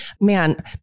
Man